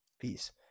peace